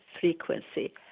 frequency